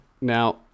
Now